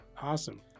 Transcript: Awesome